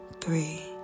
three